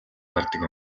гардаг